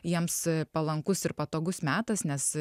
jiems palankus ir patogus metas nes